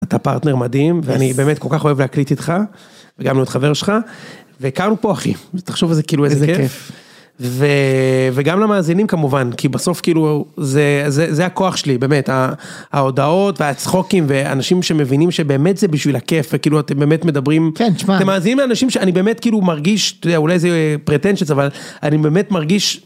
אתה פרטנר מדהים, ואני באמת כל כך אוהב להקליט איתך, וגם להיות חבר שלך, והכרנו פה אחי, תחשוב על זה כאילו איזה כיף. וגם למאזינים כמובן, כי בסוף כאילו, זה הכוח שלי, באמת, ההודעות והצחוקים, ואנשים שמבינים שבאמת זה בשביל הכיף, וכאילו אתם באמת מדברים. כן, שמע. אתם מאזינים לאנשים שאני באמת כאילו מרגיש, אתה יודע, אולי זה פרטנצ'ץ, אבל אני באמת מרגיש.